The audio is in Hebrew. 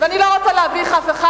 ואני לא רוצה להביך אף אחד.